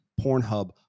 Pornhub